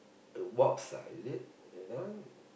the Wasp ah is it th~ that one